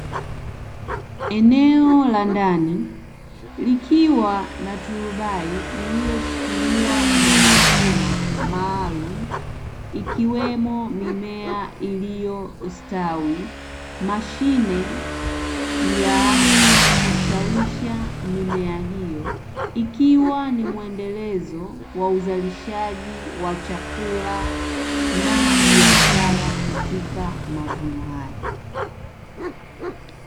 Eneo la ndani, likiwa na turubai lililoshikiliwa na machuma maalumu, ikiwemo mimea iliyostawi; mashine ya kustawisha mimea hiyo, ikiwa ni mwendelezo wa uzalishaji wa chakula na biashara katika mavuno hayo.